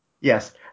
Yes